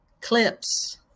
Clips